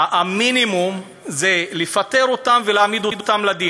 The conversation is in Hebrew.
המינימום זה לפטר אותם ולהעמיד אותם לדין.